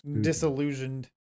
disillusioned